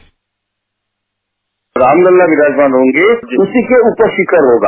bite Ramlala विराजमान होंगे उसी के ऊपर शिखर होगा